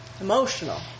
Emotional